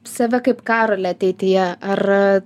save kaip karolį ateityje ar